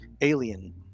alien